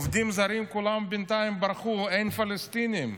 העובדים הזרים, כולם בינתיים ברחו, אין פלסטינים.